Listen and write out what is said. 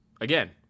again